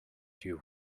you